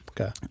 okay